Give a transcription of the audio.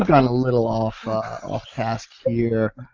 gone a little off task here.